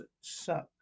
suck